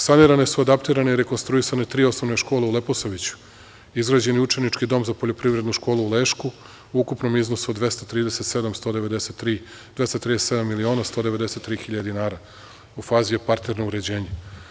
Sanirane su, adaptirane i rekonstruisane tri osnovne škole u Leposaviću, izgrađen je učenički dom za Poljoprivrednu školu u Lešku, u ukupnom iznosu od 237 miliona 193 hiljade dinara, u fazi je parterno uređenje.